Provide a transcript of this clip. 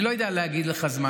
אני לא יודע להגיד לך זמן.